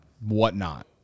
whatnot